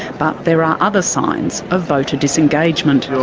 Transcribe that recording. but there are other signs of voter disengagement.